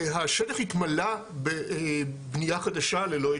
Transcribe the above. השטח התמלא בבנייה חדשה ללא היתר,